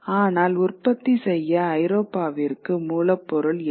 ஆனால் உற்பத்தி செய்ய ஐரோப்பாவிற்கு மூலப்பொருள் இல்லை